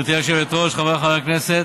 גברתי היושבת-ראש, חבריי חברי הכנסת,